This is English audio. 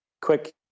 quick